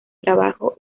trabajo